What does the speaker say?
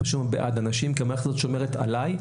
משתמשים בו בעד אנשים כי המערכת הזאת שומרת עלי,